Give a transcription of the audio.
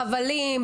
חבלים,